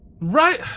Right